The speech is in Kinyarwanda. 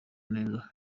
neza